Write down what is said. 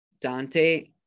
Dante